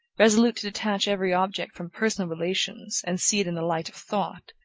resolute to detach every object from personal relations, and see it in the light of thought,